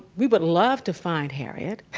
we would love to find harriet.